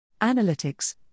Analytics